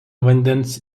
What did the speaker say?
vandens